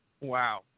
Wow